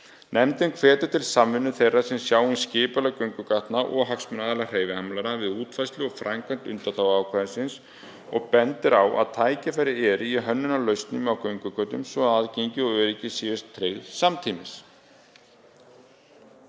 Nefndin hvetur til samvinnu þeirra sem sjá um skipulag göngugatna og hagsmunaaðila hreyfihamlaðra við útfærslu og framkvæmd undanþáguákvæðisins og bendir á að tækifæri eru í hönnunarlausnum á göngugötum svo að aðgengi og öryggi séu tryggð samtímis.